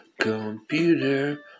computer